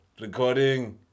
Recording